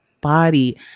body